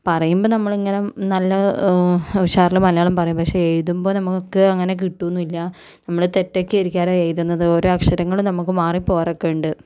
പറയുമ്പം നമ്മളിങ്ങനെ നല്ല ഉഷാറിൽ മലയാളം പറയും പക്ഷേ എഴുതുമ്പോൾ നമുക്ക് അങ്ങനെ കിട്ടും ഒന്നുമില്ല നമ്മൾ തെറ്റൊക്കെ ആയിരിക്കും എഴുതുന്നത് ഓരോ അക്ഷരങ്ങളും നമുക്ക് മാറി പോകാറൊക്കെ ഉണ്ട്